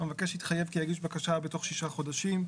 "המבקש התחייב כי יגיש בקשה בתוך 6 חודשים".